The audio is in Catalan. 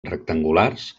rectangulars